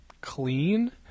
clean